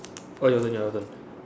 oh your turn your your turn